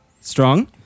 Strong